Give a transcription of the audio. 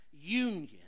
union